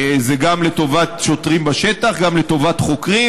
זה גם לטובת שוטרים בשטח וגם לטובת חוקרים,